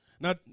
Now